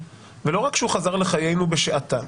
ולא רק שהוא חזר לחיינו בשעטה.